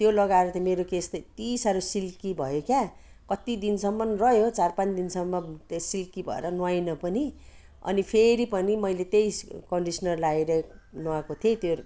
त्यो लगाएर त मेरो केस त यति साह्रो सिल्की भयो क्या कति दिनसम्मन रह्यो चार पान दिनसम्म केस सिल्की भएर नुहाइनँ पनि अनि फेरि पनि मैले त्यही कन्डिसनर लाएर नुहाएको थिएँ त्यो